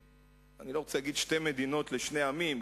אני לא רוצה להגיד שתי מדינות לשני עמים,